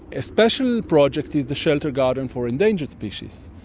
a special project is the sheltered garden for endangered species,